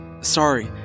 Sorry